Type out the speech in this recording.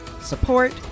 support